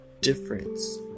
Difference